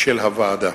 של הוועדה.